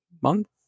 month